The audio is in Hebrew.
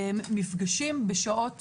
מפגשים בשעות